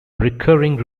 recurring